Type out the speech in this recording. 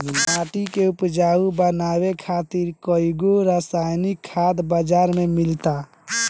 माटी के उपजाऊ बनावे खातिर कईगो रासायनिक खाद बाजार में मिलता